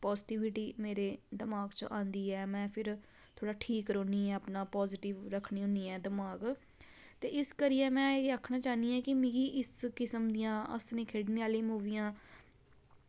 positivity मेरे दमाक च आंदी ऐ मैं फिर थोह्ड़ा ठीक रौह्नी ऐं अपना पाजिटिव रखनी होन्नी ऐं दमाक ते इस करियैं मैं एह् आक्खना चाह्नी ऐ कि मिकी इस किसम दियां हसने खेढने आह्ली मूवियां